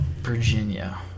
Virginia